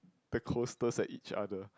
the coasters at each other